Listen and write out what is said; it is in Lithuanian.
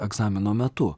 egzamino metu